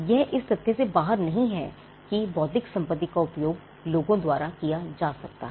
यह इस तथ्य से बाहर नहीं है कि बौद्धिक संपत्ति का उपयोग लोगों द्वारा किया जा सकता है